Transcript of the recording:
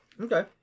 Okay